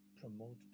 promote